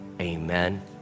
amen